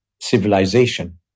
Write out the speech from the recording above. civilization